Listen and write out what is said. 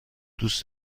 دوست